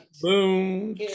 Boom